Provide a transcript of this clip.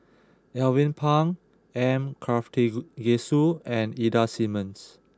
Alvin Pang M Karthigesu and Ida Simmons